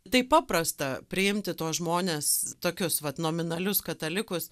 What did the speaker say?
taip paprasta priimti tuos žmones tokius vat nominalius katalikus